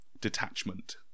detachment